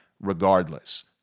regardless